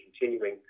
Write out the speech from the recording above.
continuing